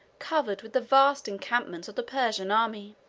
covered with the vast encampments of the persian army.